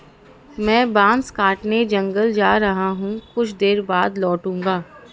मैं बांस काटने जंगल जा रहा हूं, कुछ देर बाद लौटूंगा